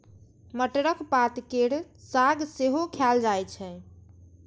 मटरक पात केर साग सेहो खाएल जाइ छै